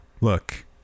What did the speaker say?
look